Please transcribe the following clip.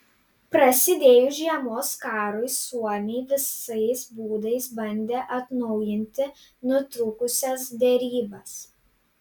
prasidėjus žiemos karui suomiai visais būdais bandė atnaujinti nutrūkusias derybas